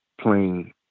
playing